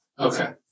Okay